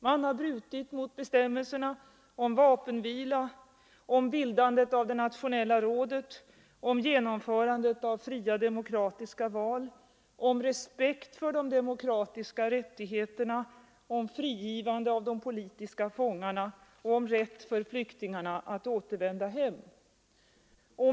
Man har brutit mot bestämmelserna om vapenvila, om bildandet av det nationella rådet, om genomförande av fria demokratiska val, om respekt för de demokratiska rättigheterna, om frigivande av de politiska fångarna och om rätt för flyktingarna att återvända hem.